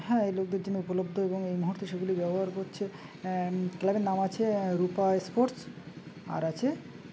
হ্যাঁ এই লোকদের জন্য উপলব্ধ এবং এই মুহূর্তে সেগুলি ব্যবহার করছে ক্লাবের নাম আছে রূপা স্পোর্টস আর আছে